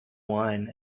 wine